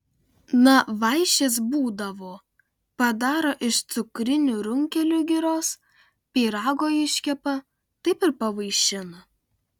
na vaišės būdavo padaro iš cukrinių runkelių giros pyrago iškepa taip ir pavaišina